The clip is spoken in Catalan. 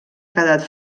quedat